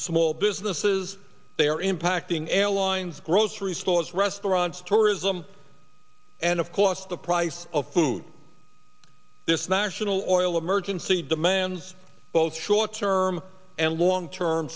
small businesses they are impacting airlines grocery stores restaurants tourism and of course the price of food this national oil emergency demands both short term and long term